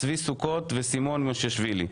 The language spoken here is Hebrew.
צבי סוכות וסימון מושיאשוילי.